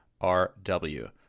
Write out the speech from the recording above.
RW